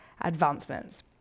advancements